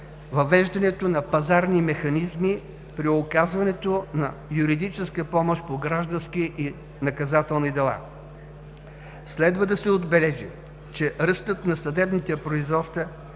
въвеждането на пазарни механизми при оказването на юридическа помощ по граждански и наказателни дела. Следва да се отбележи, че ръстът на съдебните производства